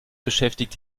beschäftigt